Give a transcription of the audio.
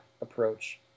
approach